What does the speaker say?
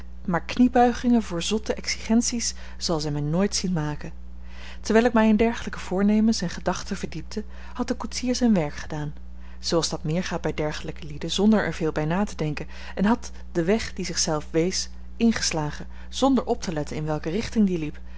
maar kniebuigingen voor zotte exigenties zal zij mij nooit zien maken terwijl ik mij in dergelijke voornemens en gedachten verdiepte had de koetsier zijn werk gedaan zooals dat meer gaat bij dergelijke lieden zonder er veel bij na te denken en had den weg die zich zelf wees ingeslagen zonder op te letten in welke richting die liep